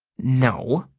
no!